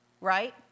right